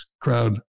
crowd